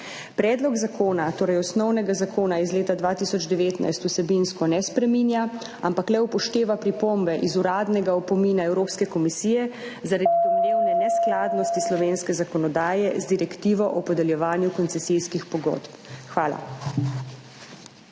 Predlog zakona osnovnega zakona iz leta 2019 vsebinsko ne spreminja, ampak le upošteva pripombe iz uradnega opomina Evropske komisije zaradi domnevne neskladnosti slovenske zakonodaje z Direktivo o podeljevanju koncesijskih pogodb. Hvala.